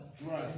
right